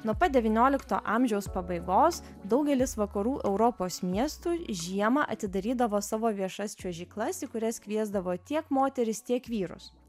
nuo pat devyniolikto amžiaus pabaigos daugelis vakarų europos miestų žiemą atidarydavo savo viešas čiuožyklas į kurias kviesdavo tiek moteris tiek vyrus